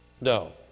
No